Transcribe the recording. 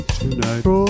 tonight